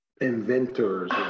inventors